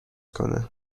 کنه